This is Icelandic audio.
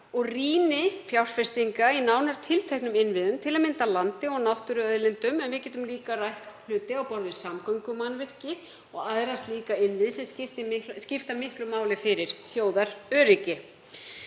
og rýni fjárfestinga í nánar tilteknum innviðum, til að mynda landi og náttúruauðlindum. En við getum líka rætt hluti á borð við samgöngumannvirki og aðra slíka innviði, sem skipta miklu máli fyrir þjóðaröryggi.